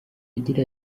agira